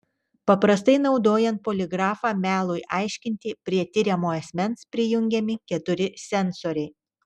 paprastai naudojant poligrafą melui aiškinti prie tiriamo asmens prijungiami keturi sensoriai